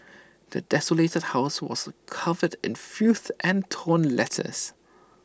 the desolated house was covered in filth and torn letters